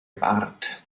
bart